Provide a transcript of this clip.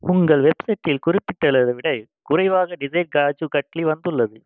உங்கள் வெப்ஸெட்டில் குறிப்பிட்டள்ளதை விட குறைவாக டிஸைர் காஜு கட்லி வந்துள்ளது